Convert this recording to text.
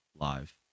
live